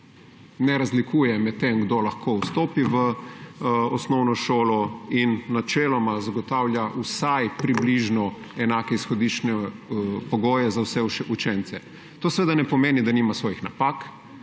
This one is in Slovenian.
Ne razlikuje med tem, kdo lahko vstopi v osnovno šolo, in načeloma zagotavlja vsaj približno enake izhodiščne pogoje za vse učence. To seveda ne pomeni, da nima svojih napak,